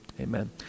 Amen